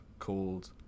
called